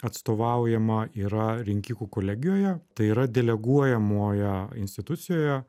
atstovaujama yra rinkikų kolegijoje tai yra deleguojamoje institucijoje